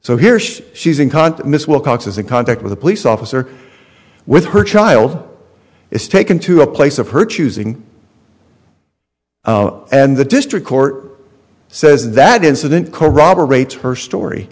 so here she she's in qantas wilcox's in contact with a police officer with her child is taken to a place of her choosing and the district court says that incident corroborate her story